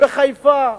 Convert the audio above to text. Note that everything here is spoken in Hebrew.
בחיפה.